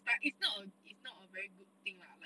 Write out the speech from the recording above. but it's not it's not a very good thing lah like